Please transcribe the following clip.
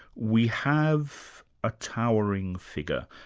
we have a towering figure,